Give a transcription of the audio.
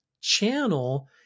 channel